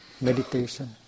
meditation